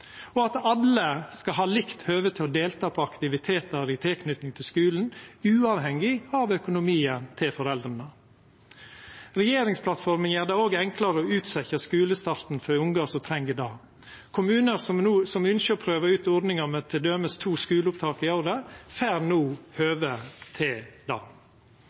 og at alle skal ha likt høve til å delta på aktivitetar i tilknyting til skulen uavhengig av økonomien til foreldra. Regjeringsplattforma gjer det òg enklare å utsetja skulestarten for ungar som treng det. Kommunar som ønskjer å prøva ut t.d. ordninga med to skuleopptak i året, får no høve til det.